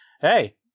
hey